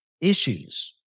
issues